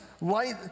light